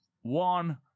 one